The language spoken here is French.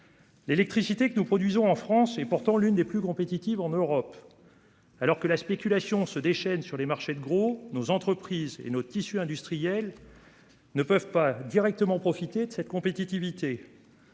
L'électricité que nous produisons en France et pourtant l'une des plus compétitive en Europe. Alors que la spéculation se déchaînent sur les marchés de gros, nos entreprises et notre tissu industriel. Ne peuvent pas directement profiter de cette compétitivité.